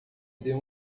deu